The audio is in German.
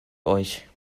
euch